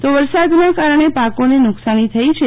તો વરસાદના કારણે પાકોને નુકસાની થઇ છે